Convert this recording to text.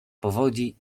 powodzi